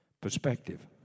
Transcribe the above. Perspective